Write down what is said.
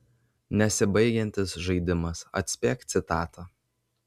nesibaigiantis žaidimas atspėk citatą